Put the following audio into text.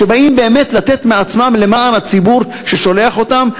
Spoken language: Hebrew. שבאים באמת לתת מעצמם למען הציבור ששולח אותם,